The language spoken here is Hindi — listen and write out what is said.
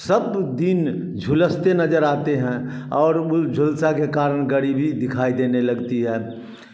सब दिन झुलसते नज़र आते हैं औउर उ झुलसा के कारण गरीबी दिखाई देनी लगती है